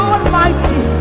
Almighty